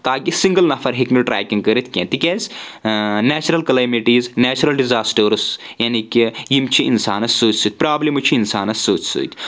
تاکہِ سِنگل نفر ہیٚکہِ نہٕ ٹریکنگ کٔرِتھ کینٛہہ تِکیازِ نیچرل کٕلامیٹیٖز نیچرل ڈزاسٹٲرٕس یعنے کہِ یِم چھِ اِنسانس سۭتۍ سۭتۍ پرابلمٕز چھِ انسانس سۭتۍ سۭتۍ